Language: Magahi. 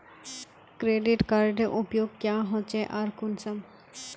क्रेडिट कार्डेर उपयोग क्याँ होचे आर कुंसम?